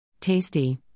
Tasty